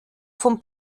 vom